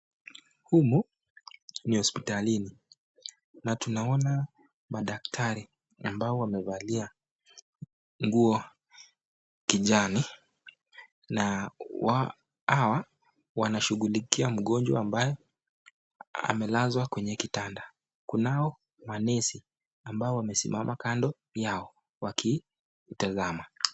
Humi ni hospitalini na tunaona madaktari ambao wamevalia nguo kijani na hawa wanashughulikia mgonjwa ambaye amelazwa kwenye kitanda. Kunao manesi ambao wamesimama kando yao wakitazama.